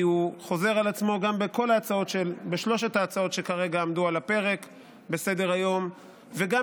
כי הוא חוזר על עצמו בשלוש ההצעות שכרגע עמדו על הפרק בסדר-היום וגם